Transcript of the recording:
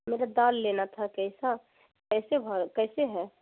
میرے دال لینا تھا کیسا کیسے بھاؤ کیسے ہے